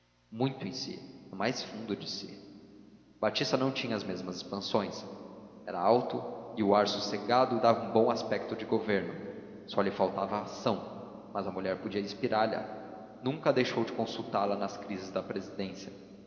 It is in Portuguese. muito em si no mais fundo de si batista não tinha as mesmas expansões era alto e o ar sossegado dava um bom aspecto de governo só lhe faltava ação mas a mulher podia inspirar lha nunca deixou de consultá-la nas crises da presidência